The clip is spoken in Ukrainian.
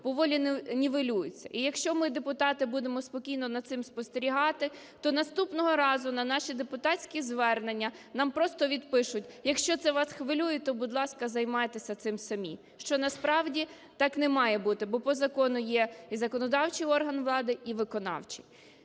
по волі нівелюється. І якщо ми, депутати, будемо спокійно за цим спостерігати, то наступного разу на наші депутатські звернення нам просто відпишуть: якщо це вас хвилює, то, будь ласка, займайтеся цим самі, що насправді так немає бути, бо по закону є і законодавчий орган влади, і виконавчий.